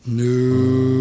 new